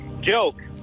Joke